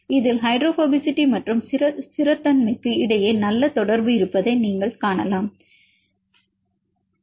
இதில் ஹைட்ரோபோபசிட்டி மற்றும் ஸ்திரத்தன்மைக்கு இடையே நல்ல தொடர்பு இருப்பதை நீங்கள் காணலாம்